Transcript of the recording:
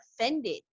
offended